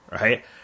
Right